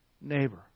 neighbor